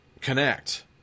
connect